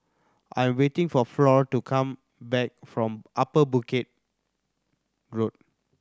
I'm waiting for Flor to come back from Upper Bedok Road